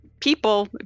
people